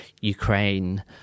Ukraine